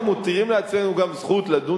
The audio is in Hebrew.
אנחנו מותירים לעצמנו גם זכות לדון